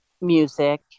music